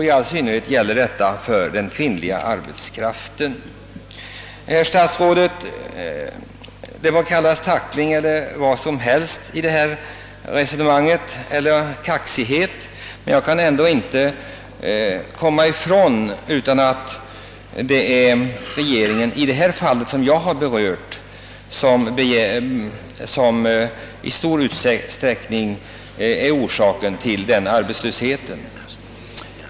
I all synnerhet gäller detta den kvinnliga arbetskraften. Herr statsråd! Det må kallas tackling, kaxighet eller vad som helst i detta resonemang, men jag kan inte komma ifrån intrycket att det är regeringen som i det fall jag har berört i hög grad bär skulden till arbetslösheten.